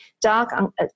dark